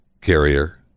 carrier